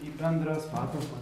į bendras patalpas